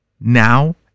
Now